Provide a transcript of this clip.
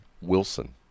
Wilson